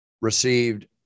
received